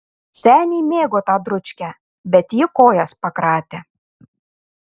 seniai mėgo tą dručkę bet ji kojas pakratė